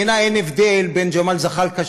בעיני אין הבדל בין ג'מאל זחאלקה,